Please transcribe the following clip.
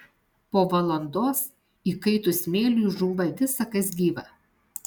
po valandos įkaitus smėliui žūva visa kas gyva